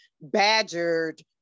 badgered